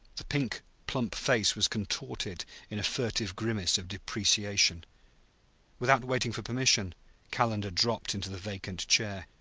the pink plump face was contorted in a furtive grimace of deprecation. without waiting for permission calendar dropped into the vacant chair.